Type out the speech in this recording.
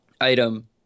item